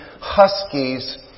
Huskies